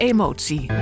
Emotie